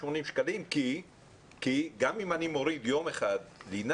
שקלים כי גם אם אני מוריד יום אחד לינה,